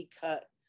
cut